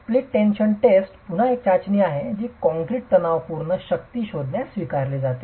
split tension test पुन्हा एक चाचणी आहे जी कंक्रीटची तणावपूर्ण शक्ती शोधण्यात स्वीकारली जाते